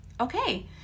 okay